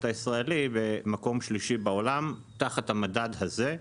הישראלית במקום שלישי בעולם תחת המדד הזה,